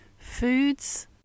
Foods